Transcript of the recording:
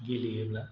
गेलेयोब्ला